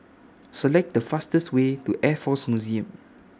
Select The fastest Way to Air Force Museum